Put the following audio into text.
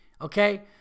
okay